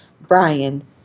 Brian